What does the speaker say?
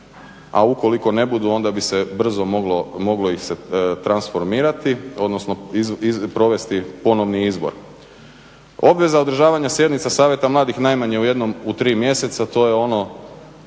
a ukoliko ne budu onda bi se brzo moglo ih se transformirati odnosno provesti ponovni izbor. Obveza održavanja sjednica Savjeta mladih najmanje jednom u tri mjeseca to je ono